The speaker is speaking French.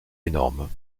énormes